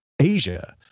Asia